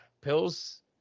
pills